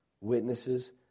witnesses